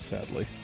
sadly